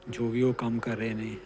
ਜੋ ਵੀ ਉਹ ਕੰਮ ਕਰ ਰਹੇ ਨੇ